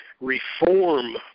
reform